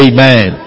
Amen